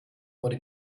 wurde